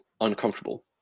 uncomfortable